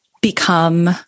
become